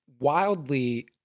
wildly